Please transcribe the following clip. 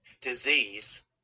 disease